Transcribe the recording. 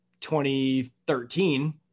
2013